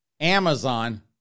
Amazon